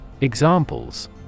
Examples